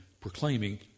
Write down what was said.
proclaiming